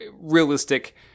realistic